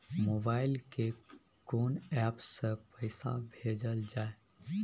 Mobile के कोन app से पैसा भेजल जाए?